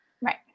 right